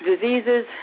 diseases